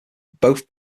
both